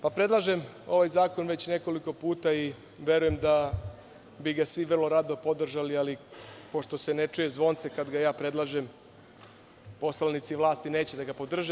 Predlažem ovaj zakon već nekoliko puta i verujem da bi ga svi vrlo rado podržali, ali pošto se ne čuje zvonce kada ga ja predlažem, poslanici vlasti neće da ga podrže.